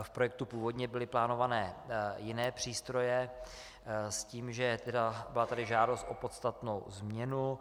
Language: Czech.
V projektu původně byly plánované jiné přístroje s tím, že tady byla žádost o podstatnou změnu.